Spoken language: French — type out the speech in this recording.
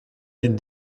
d’une